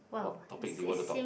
what topic do you want to talk